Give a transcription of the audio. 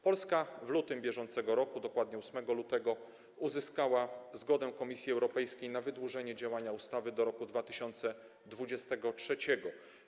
Polska w lutym br., dokładnie 8 lutego, uzyskała zgodę Komisji Europejskiej na wydłużenie działania ustawy do roku 2023.